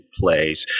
plays